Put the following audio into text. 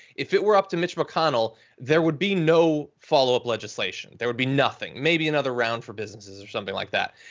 if it were up to mitch mcconnell there would be no follow up legislation. there would be nothing, maybe another round for businesses or something like that.